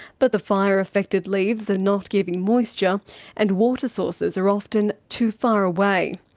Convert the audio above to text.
but the fire-affected leaves are not giving moisture and water sources are often too far away.